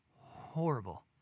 horrible